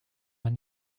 man